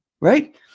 right